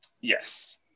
Yes